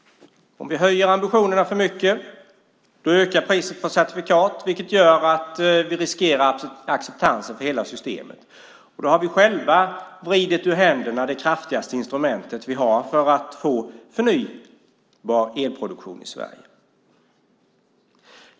Om vi höjer ambitionerna för mycket ökar priset på certifikaten. Det gör att vi då riskerar acceptansen för hela systemet. Själva har vi då vridit ur våra händer vårt kraftigaste instrument för att få produktion av förnybar el i Sverige.